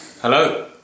hello